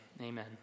Amen